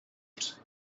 wut